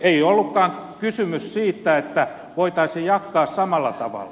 ei ollutkaan kysymys siitä että voitaisiin jatkaa samalla tavalla